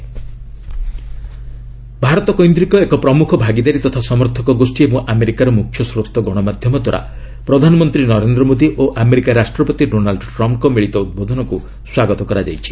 ରିଆକୁନ India US Bharat କୈନ୍ଦ୍ରିକ ଏକ ପ୍ରମୁଖ ଭାଗିଦାରୀ ତଥା ସମର୍ଥକ ଗୋଷ୍ଠୀ ଏବଂ ଆମେରିକାର ମୁଖ୍ୟସ୍ରୋତ ଗଣମାଧ୍ୟମ ଦ୍ୱାରା ପ୍ରଧାନମନ୍ତ୍ରୀ ନରେନ୍ଦ୍ର ମୋଦି ଓ ଆମେରିକା ରାଷ୍ଟ୍ରପତି ଡୋନାଲ୍ଡ ଟ୍ରମ୍ପଙ୍କ ମିଳିତ ଉଦ୍ବୋଧନକୁ ସ୍ୱାଗତ କରିଛନ୍ତି